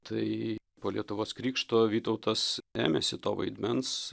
tai po lietuvos krikšto vytautas ėmėsi to vaidmens